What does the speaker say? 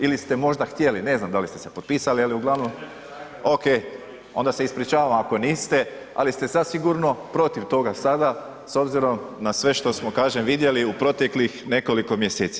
Ili ste možda htjeli, ne znam da li ste se potpisali ali uglavnom …... [[Upadica se ne čuje.]] OK, onda se ispričavam ako niste ali ste zasigurno protiv toga sada s obzirom na sve što smo kažem vidjeli u proteklih nekoliko mjeseci.